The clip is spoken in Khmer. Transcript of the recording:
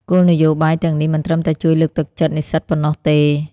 គោលនយោបាយទាំងនេះមិនត្រឹមតែជួយលើកទឹកចិត្តនិស្សិតប៉ុណ្ណោះទេ។